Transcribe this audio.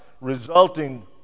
resulting